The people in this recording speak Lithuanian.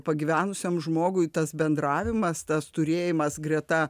pagyvenusiam žmogui tas bendravimas tas turėjimas greta